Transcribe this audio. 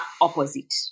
opposite